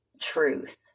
truth